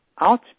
Out